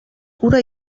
cura